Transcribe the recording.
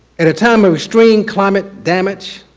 at a time of extreme climate damage,